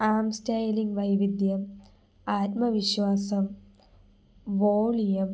ആം styling വൈവിധ്യം ആത്മവിശ്വാസം volume